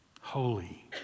holy